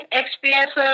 experience